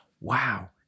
Wow